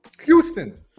Houston